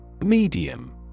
Medium